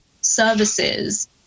services